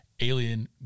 Alien